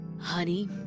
Honey